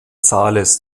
sales